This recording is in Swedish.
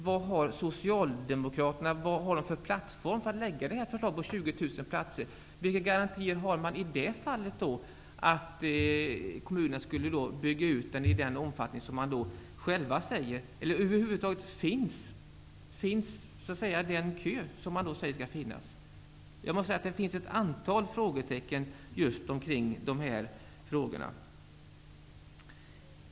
Vad har Socialdemokraterna för plattform för att lägga fram förslaget om 20 000 platser? Vilka garantier har ni för att kommunerna kommer att bygga ut i den omfattningen? Finns verkligen den kö som ni talar om? Det finns ett antal frågetecken när det gäller detta.